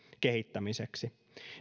kehittämiseksi